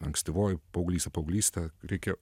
ankstyvojoj paauglystėj paauglystę reikia